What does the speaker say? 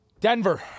Denver